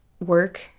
work